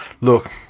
look